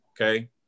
okay